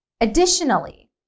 Additionally